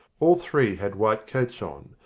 all three had white coats on,